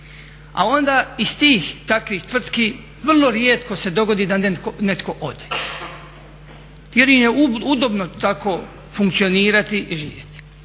A onda iz tih takvih tvrtki vrlo rijetko se dogodi da netko ode, jer im je udobno tako funkcionirati i živjeti.